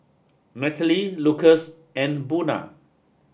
Nataly Lucas and Buna